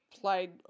played